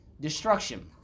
destruction